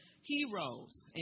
heroes